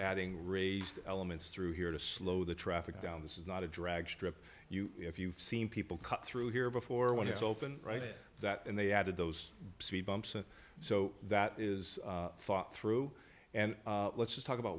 adding raised elements through here to slow the traffic down this is not a drag strip you if you've seen people come through here before one is open right that and they added those speed bumps and so that is thought through and let's just talk about